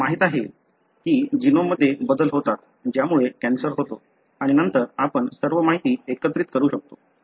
आपल्याला माहित आहे की जीनोममध्ये बदल होतात ज्यामुळे कॅन्सर होतो आणि नंतर आपण सर्व माहिती एकत्रित करू शकतो